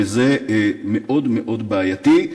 וזה מאוד מאוד בעייתי.